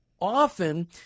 often